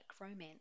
romance